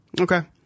Okay